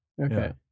okay